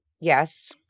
Yes